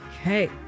Okay